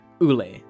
Ule